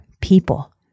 people